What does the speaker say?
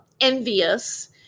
envious